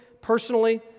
personally